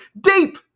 deep